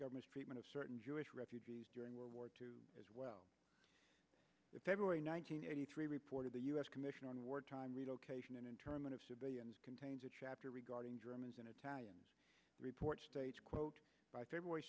government's treatment of certain jewish refugees during world war two as well the february nine hundred eighty three report of the u s commission on wartime relocation and internment of civilians contains a chapter regarding germans and italians report states quote by feb